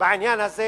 בעניין הזה